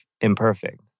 imperfect